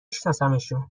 شناسمشون